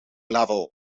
level